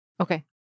Okay